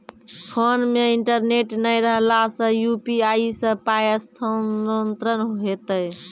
Phone मे internet नै रहला सॅ, यु.पी.आई सॅ पाय स्थानांतरण हेतै?